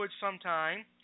sometime